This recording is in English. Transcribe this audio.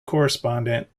correspondent